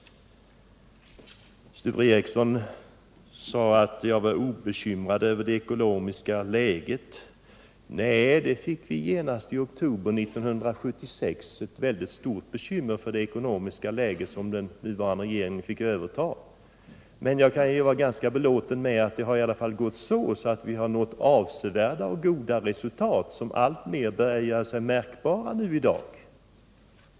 Sture Ericson sade att jag var obekymrad över det ekonomiska läget. Nej, vi fick i oktober 1976 ett mycket stort bekymmer för det ekonomiska läget som den nuvarande regeringen fick överta från socialdemokraterna. Jag kan ändå vara ganska belåten med att regeringen nått avsevärda och goda resultat, som i dag alltmer börjar göra sig märkbara.